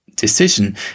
decision